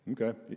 Okay